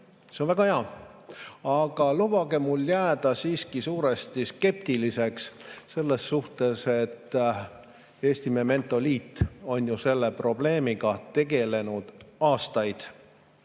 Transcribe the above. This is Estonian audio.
See on väga hea. Aga lubage mul jääda siiski suuresti skeptiliseks selle suhtes, sest Eesti Memento Liit on selle probleemiga tegelenud aastaid.